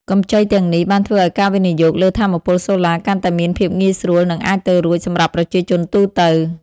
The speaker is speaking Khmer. កម្ចីទាំងនេះ បានធ្វើឱ្យការវិនិយោគលើថាមពលសូឡាកាន់តែមានភាពងាយស្រួល និងអាចទៅរួចសម្រាប់ប្រជាជនទូទៅ។